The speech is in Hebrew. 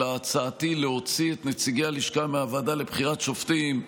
אלא הצעתי להוציא את נציגי הלשכה מהוועדה לבחירת שופטים,